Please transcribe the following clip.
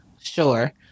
Sure